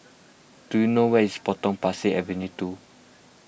do you know where is Potong Pasir Avenue two